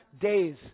days